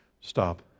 Stop